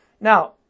Now